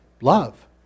love